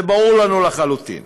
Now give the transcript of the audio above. זה ברור לנו לחלוטין.